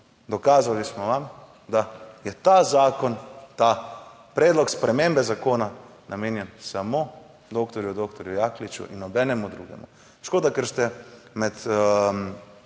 dokazali smo vam, da je ta zakon, ta predlog spremembe zakona namenjen samo doktorju doktorju Jakliču in nobenemu drugemu. Škoda, ker ste med